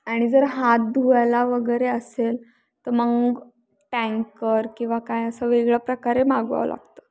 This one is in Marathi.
आणि जर हात धुवायला वगैरे असेल तर मग टँकर किंवा काय असं वेगळ्या प्रकारे मागवावं लागतं